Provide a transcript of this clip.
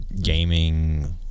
gaming